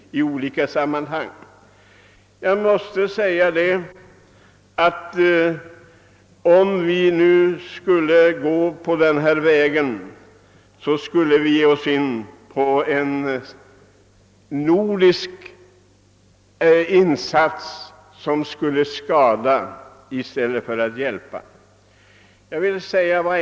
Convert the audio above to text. Om vi väljer den av utskottet föreslagna vägen blir det fråga om en nordisk satsning som skulle kunna skada i stället för att hjälpa.